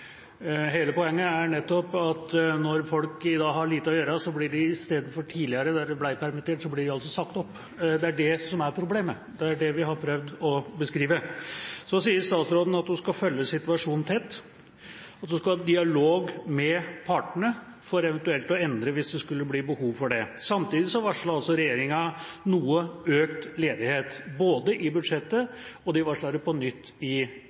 Hele poenget er nettopp at når folk i dag har lite å gjøre, blir de – istedenfor som tidligere, da de ble permittert – sagt opp. Det er det som er problemet, det er det vi har prøvd å beskrive. Så sier statsråden at hun skal følge situasjonen tett, og så skal man ha dialog med partene for eventuelt å endre hvis det skulle bli behov for det. Samtidig varslet altså regjeringa noe økt ledighet – både i budsjettet og på nytt, i